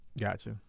Gotcha